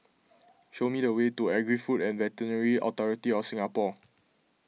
show me the way to Agri Food and Veterinary Authority of Singapore